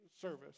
service